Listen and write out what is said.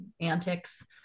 antics